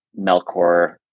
Melkor